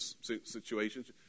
situations